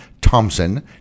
Thompson